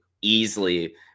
easily